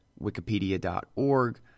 Wikipedia.org